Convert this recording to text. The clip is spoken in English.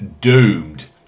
doomed